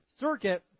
circuit